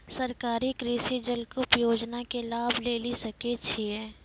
सरकारी कृषि जलकूप योजना के लाभ लेली सकै छिए?